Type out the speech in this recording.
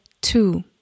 two